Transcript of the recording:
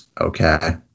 Okay